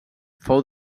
fou